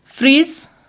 Freeze